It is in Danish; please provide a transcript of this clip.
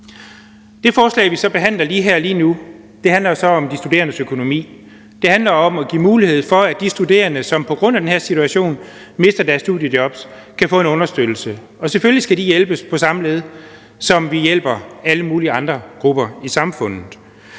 Det forslag, vi så behandler lige nu, handler om de studerendes økonomi. Det handler om at give mulighed for, at de studerende, som på grund af den her situation mister deres studiejobs, kan få en understøttelse. Og selvfølgelig skal de hjælpes på samme led, som vi hjælper alle mulige andre grupper i samfundet.